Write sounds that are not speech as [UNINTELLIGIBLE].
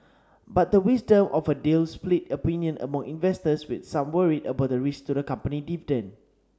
but the wisdom of a deal split opinion among investors with some worried about the risk to the company's [UNINTELLIGIBLE]